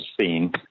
seen